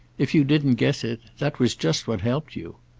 if you didn't guess it that was just what helped you.